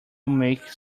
make